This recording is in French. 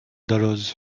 dalloz